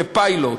כפיילוט,